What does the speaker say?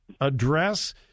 address